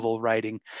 writing